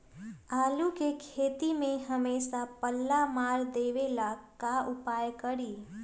आलू के खेती में हमेसा पल्ला मार देवे ला का उपाय करी?